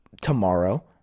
tomorrow